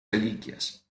reliquias